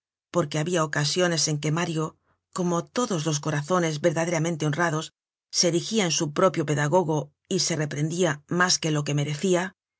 porque habia ocasiones en que mario como todos los corazones verdaderamente honrados se erigia en su propio pedagogo y se reprendia mas que lo que merecia